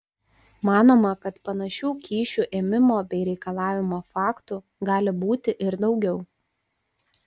manoma kad panašių kyšių ėmimo bei reikalavimo faktų gali būti ir daugiau